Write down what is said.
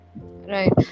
Right